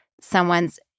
someone's